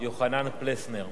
יוחנן פלסנר.